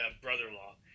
brother-in-law